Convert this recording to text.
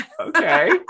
okay